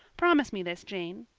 promise me this, jane.